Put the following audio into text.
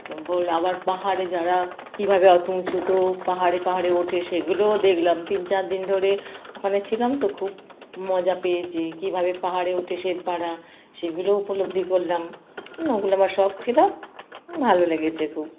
তোম বোল আবার পাহাড়ে যারা কীভাবে অতো উঁচুতেও পাহাড়ে পাহাড়ে ওঠে সেগুলোও দেখলাম তিন চার দিন ধরে ওখানে ছিলাম তো খুব মজা পেয়েছি কীভাবে পাহাড়ে উঠে শেরপারা সেইগুলো উপলব্ধি করলাম ওগুলো আমার শখ ছিল ভালো লেগেছে খুব